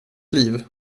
liv